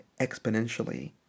exponentially